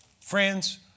Friends